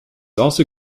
also